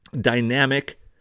dynamic